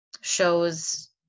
shows